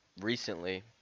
recently